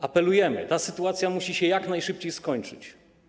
Apelujemy: ta sytuacja musi się jak najszybciej skończyć.